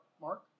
Mark